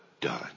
done